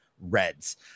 Reds